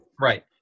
Right